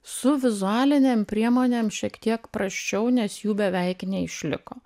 su vizualinėm priemonėm šiek tiek prasčiau nes jų beveik neišliko